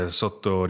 sotto